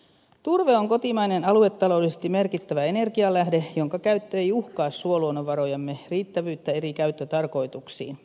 turve on kotimainen aluetaloudellisesti merkittävä energialähde jonka käyttö ei uhkaa suoluonnonvarojemme riittävyyttä eri käyttötarkoituksiin